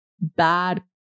bad